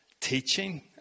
teaching